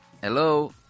Hello